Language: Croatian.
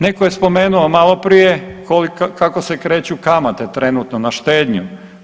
Netko je spomenuo maloprije kako se kreću kamate trenutno na štednju.